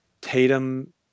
Tatum